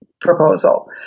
proposal